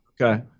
Okay